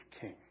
king